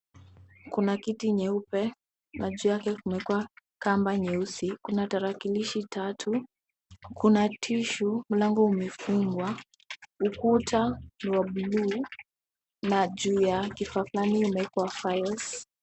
Kuna kiti nyeupe na juu yake kumewekwa kamba nyeusi. Kuna tarakilishi tatu Kuna tishu mlango umefungwa. Ukuta ni wa buluu na juu ya kifaa fulani kumewekwa files .